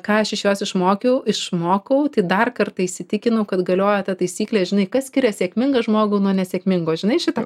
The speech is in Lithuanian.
ką aš iš jos išmokiau išmokau tai dar kartą įsitikinau kad galioja ta taisyklė žinai kas skiria sėkmingą žmogų nuo nesėkmingo žinai šitą